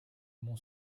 mon